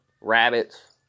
rabbits